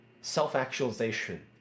self-actualization